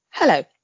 Hello